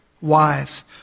Wives